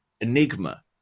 enigma